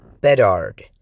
Bedard